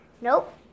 Nope